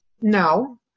no